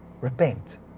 repent